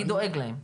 מי דואג להם?